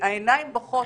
העיניים בוכות,